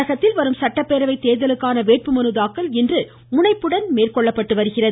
தமிழகத்தில் வரும் சட்டப்பேரவை தேர்தலுக்கான வேட்புமனு தாக்கல் இன்று முனைப்புடன் நடைபெறுகிறது